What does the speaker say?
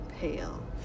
pale